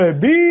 baby